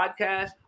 podcast